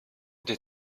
des